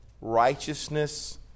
righteousness